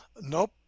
Nope